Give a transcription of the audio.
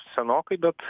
senokai bet